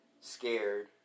scared